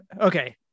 Okay